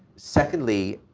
secondly,